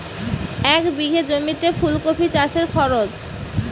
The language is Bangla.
এক বিঘে জমিতে ফুলকপি চাষে খরচ?